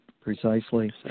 Precisely